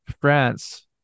France